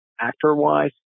actor-wise